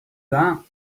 that